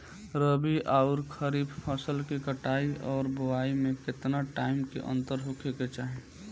रबी आउर खरीफ फसल के कटाई और बोआई मे केतना टाइम के अंतर होखे के चाही?